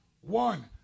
one